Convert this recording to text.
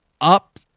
up